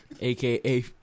AKA